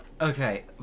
Okay